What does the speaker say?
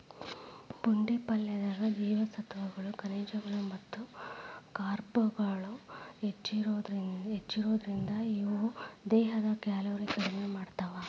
ಪುಂಡಿ ಪಲ್ಲೆದಾಗ ಜೇವಸತ್ವಗಳು, ಖನಿಜಗಳು ಮತ್ತ ಕಾರ್ಬ್ಗಳು ಹೆಚ್ಚಿರೋದ್ರಿಂದ, ಇವು ದೇಹದ ಕ್ಯಾಲೋರಿ ಕಡಿಮಿ ಮಾಡ್ತಾವ